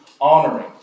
honoring